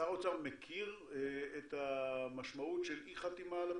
שר האוצר מכיר את המשמעות של אי חתימה על התקנות?